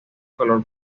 color